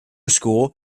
school